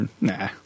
Nah